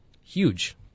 Huge